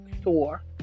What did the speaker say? store